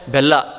Bella